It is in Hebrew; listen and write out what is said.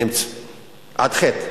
עד ח'.